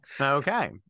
Okay